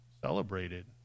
celebrated